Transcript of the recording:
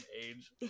age